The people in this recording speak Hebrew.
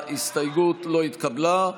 ההסתייגות לא התקבלה.